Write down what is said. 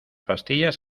pastillas